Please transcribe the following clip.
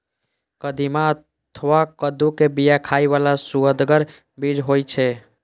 कदीमा अथवा कद्दू के बिया खाइ बला सुअदगर बीज होइ छै